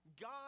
God